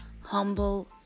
humble